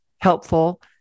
helpful